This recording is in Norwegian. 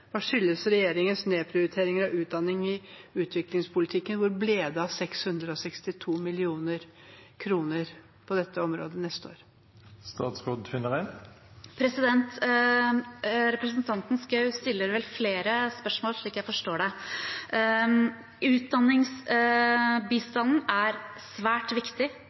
Hva skyldes regjeringens nedprioritering av utdanning i utviklingspolitikken? Hvor ble det av 662 mill. kr på dette området neste år? Representanten Schou stiller flere spørsmål, slik jeg forstår det. Utdanningsbistanden er svært viktig.